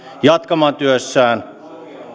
jatkamaan työssään